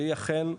והיא אכן,